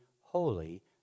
holy